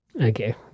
Okay